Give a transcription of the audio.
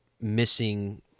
missing